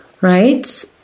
right